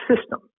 system